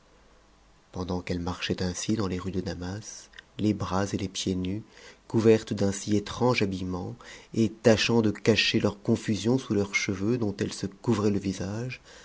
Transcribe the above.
pendant qu'emes marchatent ainsi dans les rues de damas les bras et t s pieds nus couvertes d'un si étrange habilement et tâchant de cacher leur confusion sous leurs cheveux dont elles se couvraient le v